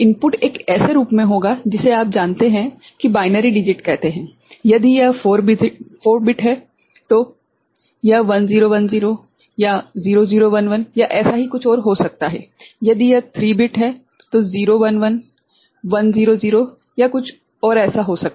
input एक ऐसे रूप में होगा जिसे आप जानते हैं कि बाइनरी डिजिट कहते है यदि यह 4 बिट है तो 1010 या 0011 या ऐसा ही यदि यह 3 बिट है तो 011 100 कुछ ऐसा है